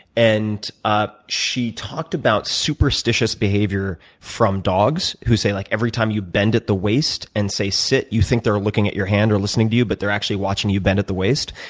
and ah she talked about superstitious behavior from dogs. who, say, like every time you bend at the waist and say sit, you think they're looking at your hand or listening to you but they're actually watching you bend at the waist.